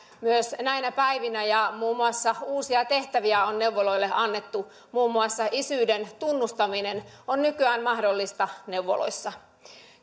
myös näinä päivinä ja muun muassa uusia tehtäviä on neuvoloille annettu muun muassa isyyden tunnustaminen on nykyään mahdollista neuvoloissa